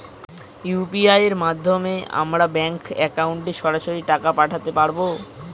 UPI এর মাধ্যমে আমরা ব্যাঙ্ক একাউন্টে সরাসরি টাকা পাঠাতে পারবো?